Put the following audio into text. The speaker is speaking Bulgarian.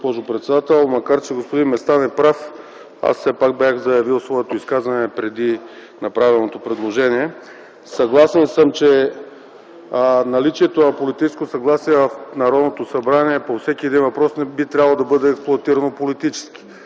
Макар че господин Местан е прав, все пак бях заявил своето изказване преди направеното предложение. Съгласен съм, че наличието на политическо съгласие в Народното събрание по всеки един въпрос не би трябвало да бъде експлоатирано политически.